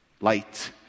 Light